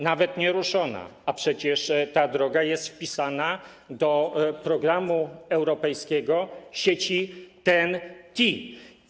Nawet nieruszona, a przecież ta droga jest wpisana do programu europejskiego sieci TEN-T.